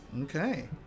Okay